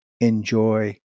enjoy